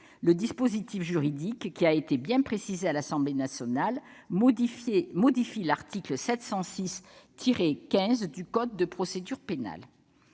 Le dispositif juridique, qui a été bien précisé à l'Assemblée nationale, modifie l'article 706-5 du code de procédure pénale.